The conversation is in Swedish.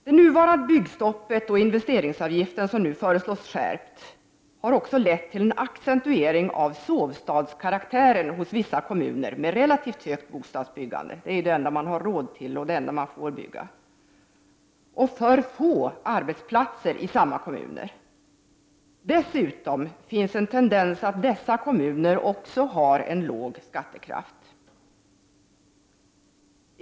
Det nu gällande byggstoppet och investeringsavgiften, som nu föreslås bli skärpt, har också lett till accentuering av sovstadskaraktären hos vissa kommuner med relativt högt bostadsbyggande — bostäder är det enda man får bygga, och det enda man har råd med. Det har skapats för få arbetsplatser i dessa kommuner. Det finns dessutom en tendens till låg skattekraft i dessa kommuner.